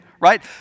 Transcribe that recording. right